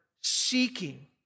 seeking